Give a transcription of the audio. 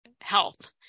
health